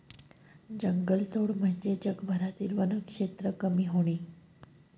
जंगलतोड म्हणजे जगभरातील वनक्षेत्र कमी होणे